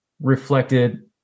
reflected